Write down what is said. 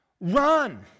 run